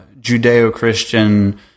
Judeo-Christian